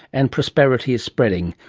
and prosperity is spreading.